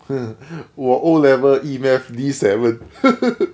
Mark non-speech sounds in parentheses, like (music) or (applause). (laughs) 我 O level E math D seven (laughs)